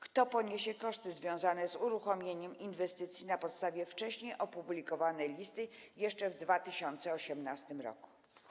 Kto poniesie koszty związane z uruchomieniem inwestycji na podstawie wcześniej opublikowanej listy, jeszcze w 2018 r.